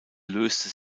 löste